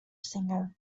singer